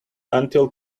until